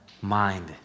mind